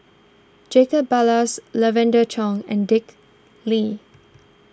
Jacob Ballas Lavender Chang and Dick Lee